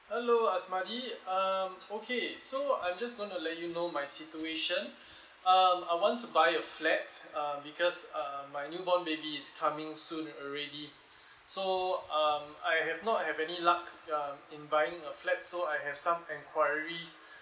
hello asmadi um okay so I'm just want to let you know my situation um I want to buy a flat um because uh my newborn baby is coming soon already so um I have not have any luck um in buying a flat so I have some enquiries